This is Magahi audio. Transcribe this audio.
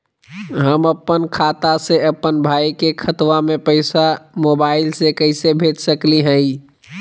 हम अपन खाता से अपन भाई के खतवा में पैसा मोबाईल से कैसे भेज सकली हई?